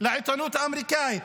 לעיתונות האמריקאית,